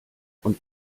und